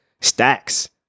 stacks